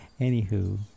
anywho